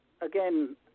again